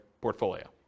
portfolio